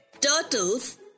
Turtles